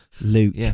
Luke